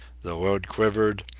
the load quivered,